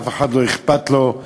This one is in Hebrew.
אף אחד לא אכפת לו,